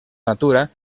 natura